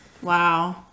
Wow